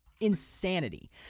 Insanity